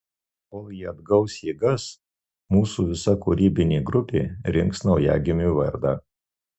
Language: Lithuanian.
kol ji atgaus jėgas mūsų visa kūrybinė grupė rinks naujagimiui vardą